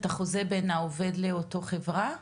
את החוזה בין העובד לאותה חברה?